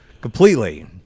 completely